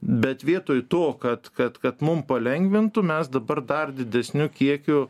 bet vietoj to kad kad kad mum palengvintų mes dabar dar didesniu kiekiu